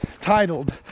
titled